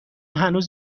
هنوز